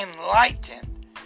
enlightened